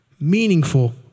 meaningful